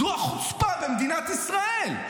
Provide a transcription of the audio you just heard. זו החוצפה במדינת ישראל.